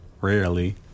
Rarely